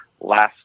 last